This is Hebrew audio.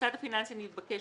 והמוסד הפיננסי נתבקש,